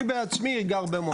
אני בעצמי גר במושב.